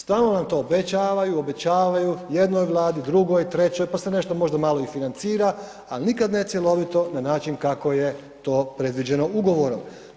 Stalno nam to obećavaju, obećavaju jednoj vladi, drugoj, trećoj pa se možda nešto malo i financira, ali nikada ne cjelovito na način kako je to predviđeno ugovorom.